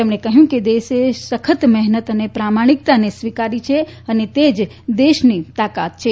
તેમણે કહ્યું કે દેશે સખત મહેનત પ્રામાણિકતાને સ્વીકારી છે અને તે જ દેશની તાકાત છે